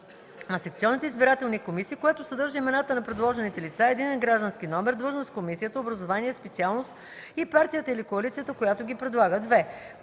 на секционните избирателни комисии, което съдържа имената на предложените лица, единен граждански номер, длъжност в комисията, образование, специалност и партията или коалицията, която ги предлага; 2.